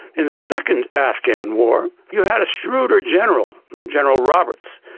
in the second afghan war, you had a shrewder general, general roberts,